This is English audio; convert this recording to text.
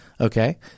okay